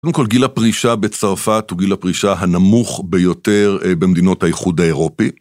קודם כל גיל הפרישה בצרפת הוא גיל הפרישה הנמוך ביותר במדינות האיחוד האירופי.